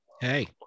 Hey